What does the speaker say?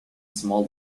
small